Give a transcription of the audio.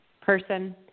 person